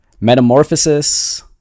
Metamorphosis